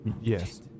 Yes